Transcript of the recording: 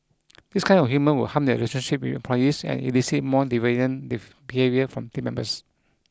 this kind of humour will harm their relationship with employees and elicit more deviant behaviour from team members